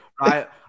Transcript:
Right